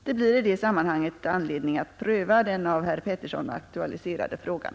Det blir i det sammanhanget anledning att pröva den av herr Pettersson aktualiserade frågan.